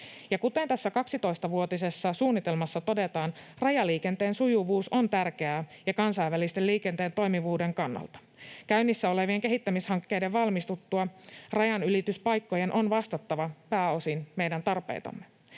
Kuten tässä 12-vuotisessa suunnitelmassa todetaan, rajaliikenteen sujuvuus on tärkeää jo kansainvälisen liikenteen toimivuuden kannalta. Käynnissä olevien kehittämishankkeiden valmistuttua rajanylityspaikkojen on vastattava pääosin meidän tarpeitamme.